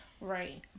Right